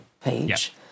page